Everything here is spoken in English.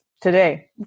today